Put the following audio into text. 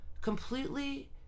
completely